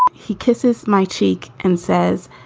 he kisses my cheek and says,